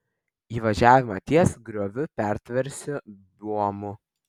įvažiavimą ties grioviu pertversiu buomu